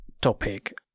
topic